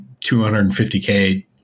250K